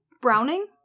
Browning